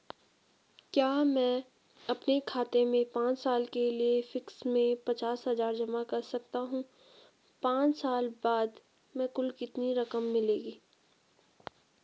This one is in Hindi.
क्या मैं अपने खाते में पांच साल के लिए फिक्स में पचास हज़ार जमा कर सकता हूँ पांच साल बाद हमें कुल कितनी रकम मिलेगी?